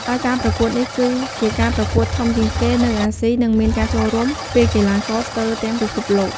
ដោយការប្រកួតនេះ គឺជាការប្រកួតធំជាងគេនៅអាស៊ី និងមានការចូលរួមពីកីឡាករស្ទើរទាំងពិភពលោក។